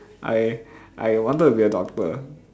I I wanted to be a doctor